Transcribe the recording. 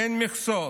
אין מכסות.